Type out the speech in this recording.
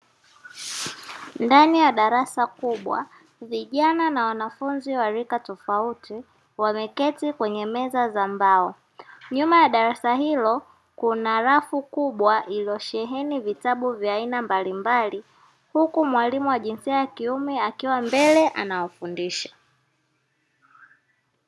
Ndani ya darasa kubwa, vijana na wanafunzi wa rika tofauti wameketi kwenye meza za mbao. Nyuma ya darasa hilo kuna rafu kubwa iliyosheheni vitabu mbalimbali huku mwalimu wa jinsia ya kiume akiwa mbele anawafundisha.